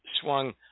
swung